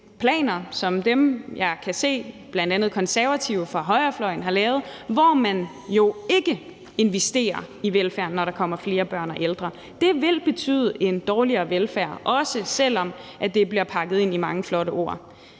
at bl.a. Konservative fra højrefløjen har lavet, hvor man jo ikke investerer i velfærden, når der kommer flere børn og ældre. Det vil betyde en dårligere velfærd, også selv om det bliver pakket ind i mange flotte ord